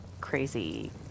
crazy